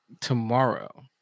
tomorrow